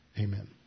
Amen